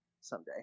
someday